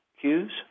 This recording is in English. cues